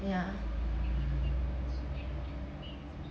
ya